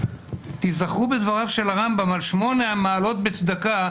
תיזכרו בדבריו של הרמב"ם על שמונה המעלות בצדקה,